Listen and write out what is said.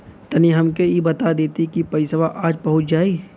तनि हमके इ बता देती की पइसवा आज पहुँच जाई?